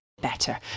better